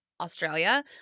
Australia